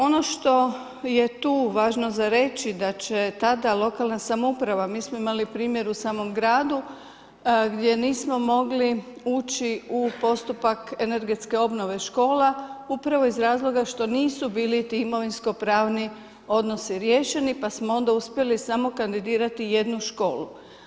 Ono što je tu važno za reći da će tada lokalna samouprava, mi smo imali primjer u samom gradu gdje nismo uči u postupak energetske obnove škola upravo iz razloga što nisu bili ti imovinsko pravni odnosi riješeni pa smo onda uspjeli samo kandidirati jednu školu.